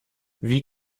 wie